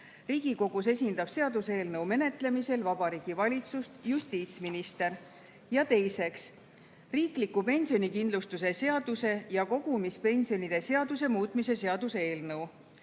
Riigikogus esindab seaduseelnõu menetlemisel Vabariigi Valitsust justiitsminister. Ja teiseks, riikliku pensionikindlustuse seaduse ja kogumispensionide seaduse muutmise seaduse eelnõu.